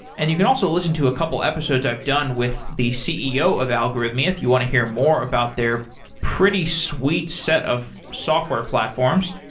and you can also listen to a couple episodes i've done with the ceo of algorithmia, if you want to hear more about their pretty sweet set of software platforms.